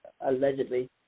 allegedly